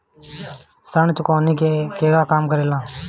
ऋण चुकौती केगा काम करेले?